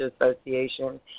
Association